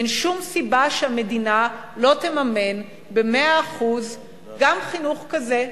אין שום סיבה שהמדינה לא תממן ב-100% גם חינוך כזה.